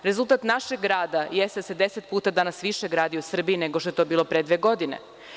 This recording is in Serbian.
Rezultat našeg rada jeste da se deset puta danas više gradi u Srbiji nego što je to bilo pre dve godine.